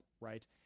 right